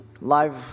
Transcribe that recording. live